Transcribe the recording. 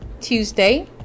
Tuesday